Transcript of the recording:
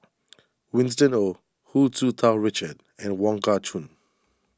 Winston Oh Hu Tsu Tau Richard and Wong Kah Chun